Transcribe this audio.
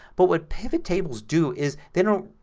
but what pivot tables do is they don't,